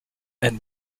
and